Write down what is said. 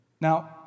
Now